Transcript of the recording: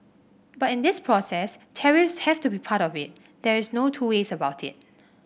but in this process tariffs have to be part of it there's no two ways about it